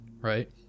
right